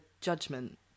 judgment